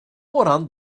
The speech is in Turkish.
oran